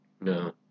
No